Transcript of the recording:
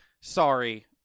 Sorry